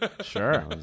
sure